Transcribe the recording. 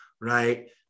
right